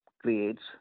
creates